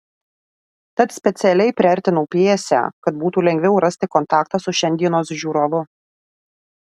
tad specialiai priartinau pjesę kad būtų lengviau rasti kontaktą su šiandienos žiūrovu